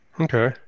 Okay